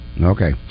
Okay